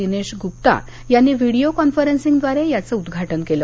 दिनेश ग्रप्ता यांनी व्हिडीओ कॉन्फरन्सिंगद्वारे यांच उद्घाटन केलं